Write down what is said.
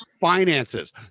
finances